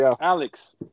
Alex